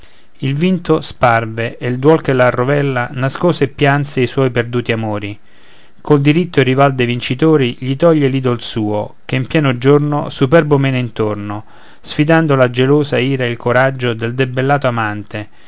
il vinto sparve e il duol che l'arrovella nascose e pianse i suoi perduti amori col diritto il rival de vincitori gli toglie l'idol suo che in pieno giorno superbo mena intorno sfidando la gelosa ira e il coraggio del debellato amante